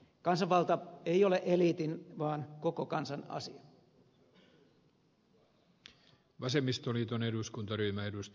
kansanvalta ei ole eliitin vaan koko kansan asia